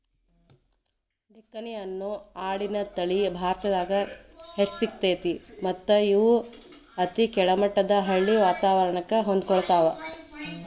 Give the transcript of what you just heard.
ಡೆಕ್ಕನಿ ಅನ್ನೋ ಆಡಿನ ತಳಿ ಭಾರತದಾಗ್ ಹೆಚ್ಚ್ ಸಿಗ್ತೇತಿ ಮತ್ತ್ ಇವು ಅತಿ ಕೆಳಮಟ್ಟದ ಹಳ್ಳಿ ವಾತವರಣಕ್ಕ ಹೊಂದ್ಕೊತಾವ